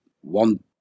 one